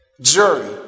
jury